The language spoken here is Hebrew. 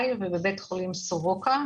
בית חולים ברזילי ובבית חולים סורוקה,